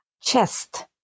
chest